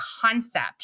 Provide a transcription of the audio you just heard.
concept